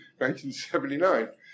1979